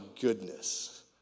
goodness